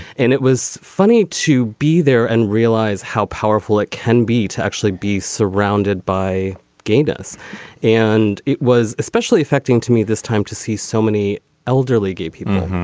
and it was funny to be there and realize how powerful it can be to actually be surrounded by gayness and it was especially affecting to me this time to see so many elderly gay people.